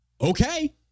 Okay